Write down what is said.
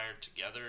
together